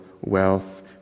wealth